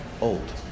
Old